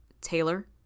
Taylor